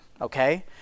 Okay